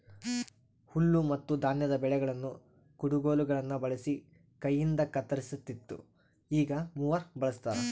ಹುಲ್ಲುಮತ್ತುಧಾನ್ಯದ ಬೆಳೆಗಳನ್ನು ಕುಡಗೋಲುಗುಳ್ನ ಬಳಸಿ ಕೈಯಿಂದಕತ್ತರಿಸ್ತಿತ್ತು ಈಗ ಮೂವರ್ ಬಳಸ್ತಾರ